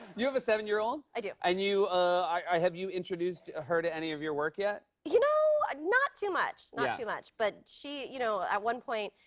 you have a seven year old? i do. and you ah have you introduced her to any of your work yet? you know, not too much. not too much. but she you know, at one point,